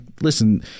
listen –